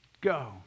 go